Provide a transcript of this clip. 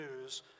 news